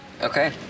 Okay